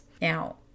Now